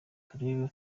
turebe